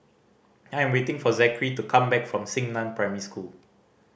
I am waiting for Zackery to come back from Xingnan Primary School